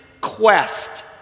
quest